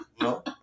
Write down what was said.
no